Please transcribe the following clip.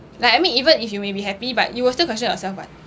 like I mean even if you may be happy but you will still question yourself [what]